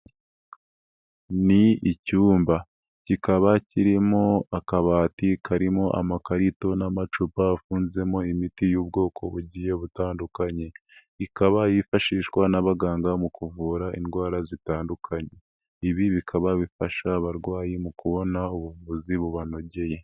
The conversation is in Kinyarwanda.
Ni icyumba kikaba kirimo akabati karimo amakarito n'amacupa afunzemo imiti y'ubwoko bugiye butandukanye, ikaba yifashishwa n'abaganga mu kuvura indwara zitandukanye, ibi bikaba bifasha abarwayi mu kubona ubuvuzi bubanogeye.